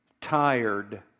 tired